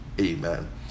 amen